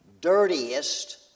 dirtiest